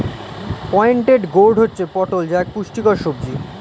pointed gourd হচ্ছে পটল যা এক পুষ্টিকর সবজি